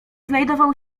znajdował